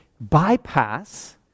bypass